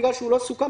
בגלל שהוא לא סוכם,